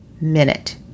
minute